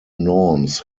norms